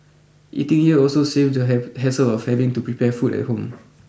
eating here also saves the hassle of having to prepare food at home